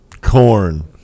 Corn